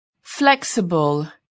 Flexible